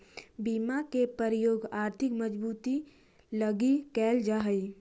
बीमा के प्रयोग आर्थिक मजबूती लगी कैल जा हई